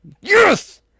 Yes